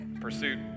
pursuit